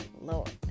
Lord